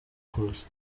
rwose